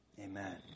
amen